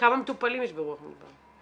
כמה מטופלים יש ברוח מדבר?